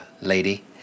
lady